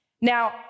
Now